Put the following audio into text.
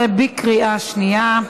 2018, בקריאה שנייה.